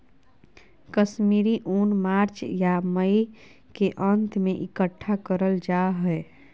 कश्मीरी ऊन मार्च या मई के अंत में इकट्ठा करल जा हय